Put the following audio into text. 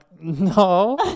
no